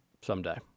someday